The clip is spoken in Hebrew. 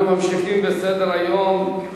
אנחנו ממשיכים בסדר-היום.